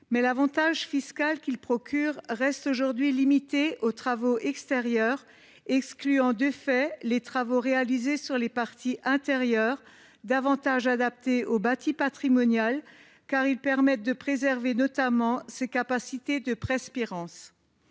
Mais l’avantage fiscal qu’il procure reste aujourd’hui limité aux travaux extérieurs, excluant de fait ceux qui sont réalisés sur les parties intérieures, davantage adaptés aux bâtis patrimoniaux dès lors qu’ils permettent notamment de préserver ses capacités de perspirance.